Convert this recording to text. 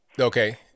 Okay